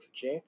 Jack